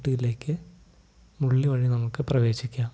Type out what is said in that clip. ഊട്ടിയിലേക്കു മുള്ളി വഴി നമുക്കു പ്രവേശിക്കാം